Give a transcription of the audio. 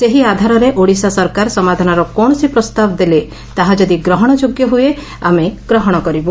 ସେହି ଆଧାରରେ ଓଡ଼ିଶା ସରକାର ସମାଧାନର କୌଣସି ପ୍ରସ୍ତାବ ଦେଲେ ତାହା ଯଦି ଗ୍ରହଣଯୋଗ୍ୟ ହୁଏ ଆମେ ଗ୍ରହଣ କରିବୁ